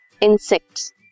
insects